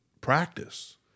practice